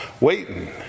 waiting